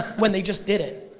when they just did it.